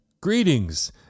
Greetings